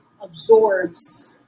absorbs